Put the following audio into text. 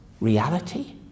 reality